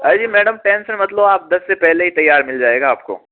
अई madam tension मत लो आप दस से पहले ही तैयार मिल जाएगा आपको